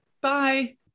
Bye